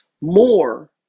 more